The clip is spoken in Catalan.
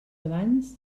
abans